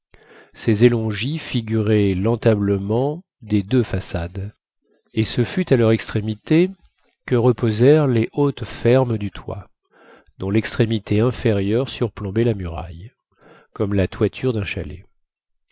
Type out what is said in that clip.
ces élongis figuraient l'entablement des deux façades et ce fut à leur extrémité que reposèrent les hautes fermes du toit dont l'extrémité inférieure surplombait la muraille comme la toiture d'un chalet